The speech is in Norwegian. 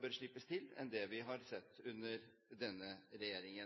bør slippe til i større grad enn det vi har sett under denne